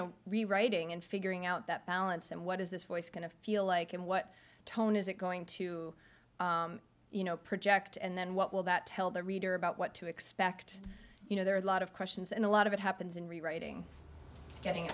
know rewriting and figuring out that balance and what is this voice going to feel like and what tone is it going to you know project and then what will that tell the reader about what to expect you know there are a lot of questions and a lot of it happens in rewriting getting